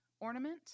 ornament